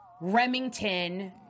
Remington